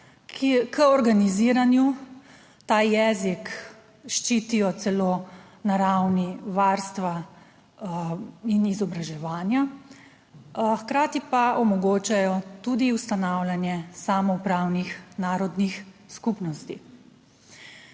k organiziranju, ta jezik ščitijo celo na ravni varstva in izobraževanja, hkrati pa omogočajo tudi ustanavljanje samoupravnih narodnih skupnosti.